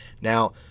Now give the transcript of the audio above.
Now